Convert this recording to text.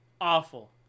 awful